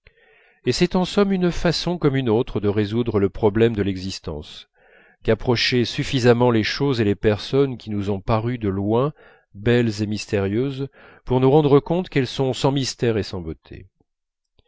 et c'est en somme une façon comme une autre de résoudre le problème de l'existence qu'approcher suffisamment les choses et les personnes qui nous ont paru de loin belles et mystérieuses pour nous rendre compte qu'elles sont sans mystère et sans beauté